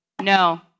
no